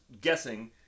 guessing